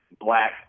Black